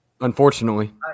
Unfortunately